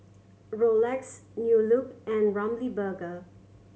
Rolex New Look and Ramly Burger